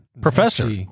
professor